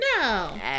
No